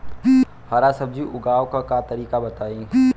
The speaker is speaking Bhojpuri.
हरा सब्जी उगाव का तरीका बताई?